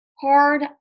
hard